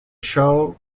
show